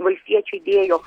valstiečiai dėjo